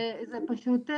זה פשוט,